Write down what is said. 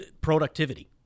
productivity